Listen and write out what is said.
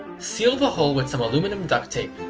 seal the hole with some aluminum duct tape.